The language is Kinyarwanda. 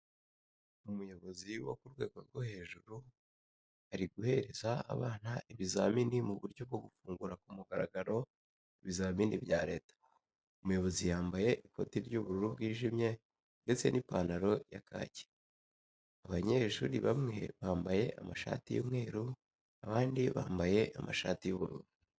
Umuyobozi wo ku rwego rwo hejuru ari guhereza abana ibizamini mu buryo bwo gufungura ku mugaragaro ibizamini bya Leta. Umuyobozi yamabye ikoti ry'ubururu bwijimye ndetse n'ipantaro ya kaki. Abanyeshuri bamwe bamabye amashati y'umweru, abandi bambaye amashati y'ubururu.